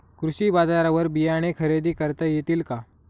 कृषी बाजारवर बियाणे खरेदी करता येतील का?